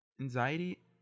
anxiety